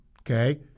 okay